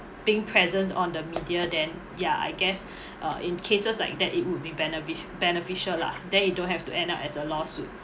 think presence on the media then ya I guess uh in cases like that it would be benefic~ beneficial lah then it don't have to end up as a lawsuit